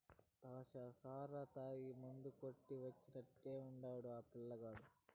దాచ్చా సారా తాగి మందు కొట్టి వచ్చినట్టే ఉండాడు ఆ పిల్లగాడు